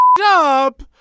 up